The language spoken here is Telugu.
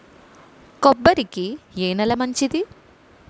కొబ్బరి కి ఏ నేల మంచిది?